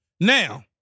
Now